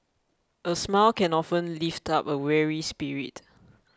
a smile can often lift up a weary spirit